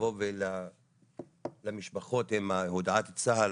לבוא למשפחות עם הודעת צה"ל,